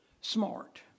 smart